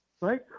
right